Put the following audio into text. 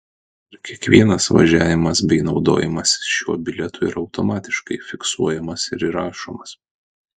ir kiekvienas važiavimas bei naudojimasis šiuo bilietu yra automatiškai fiksuojamas ir įrašomas